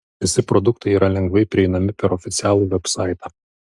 visi produktai yra lengvai prieinami per oficialų vebsaitą